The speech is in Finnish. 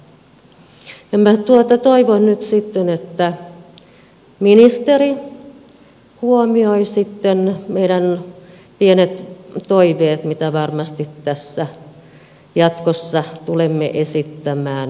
minä toivon nyt että ministeri huomioi sitten meidän pienet toiveemme mitä varmasti tässä jatkossa tulemme esittämään